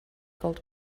gold